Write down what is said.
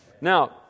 Now